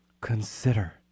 consider